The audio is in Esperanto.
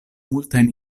multajn